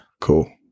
cool